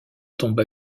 tomba